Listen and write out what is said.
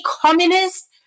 communist